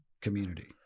community